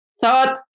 thought